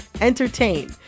entertain